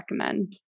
recommend